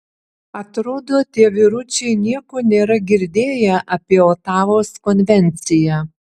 atrodo tie vyručiai nieko nėra girdėję apie otavos konvenciją